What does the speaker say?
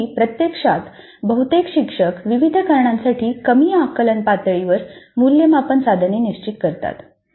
तथापि प्रत्यक्षात बहुतेक शिक्षक विविध कारणांसाठी कमी आकलन पातळीवर मूल्यमापन साधने निश्चित करतात